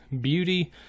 beauty